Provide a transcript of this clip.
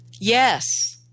yes